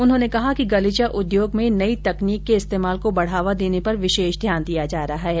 उन्होने कहा कि गलीचा उद्योग में नई तकनीक के इस्तेमाल को बढ़ावा देने पर विषेष ध्यान दिया जा रहा है